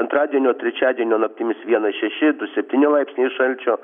antradienio trečiadienio naktimis vienas šeši du septyni laipsniai šalčio